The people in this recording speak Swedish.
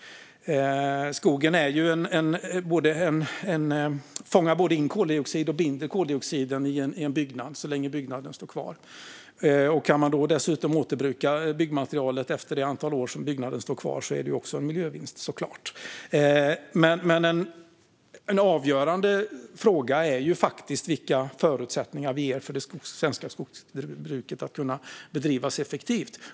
Skogen fångar både in och binder koldioxiden i en byggnad så länge byggnaden står kvar. Kan man dessutom återbruka byggmaterialet efter att det antal år har gått som byggnaden kan stå kvar är det också en miljövinst såklart. En avgörande fråga är faktiskt vilka förutsättningar vi ger för det svenska skogsbruket att kunna bedrivas effektivt.